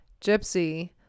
gypsy